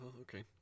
okay